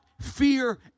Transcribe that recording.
fear